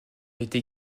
été